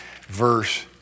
verse